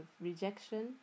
rejection